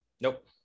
Nope